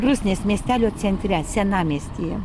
rusnės miestelio centre senamiestyje